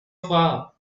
far